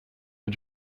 are